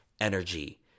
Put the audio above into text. energy